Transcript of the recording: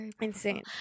Insane